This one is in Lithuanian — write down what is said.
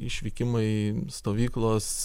išvykimai stovyklos